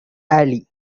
ally